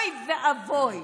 אוי ואבוי,